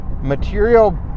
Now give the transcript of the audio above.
Material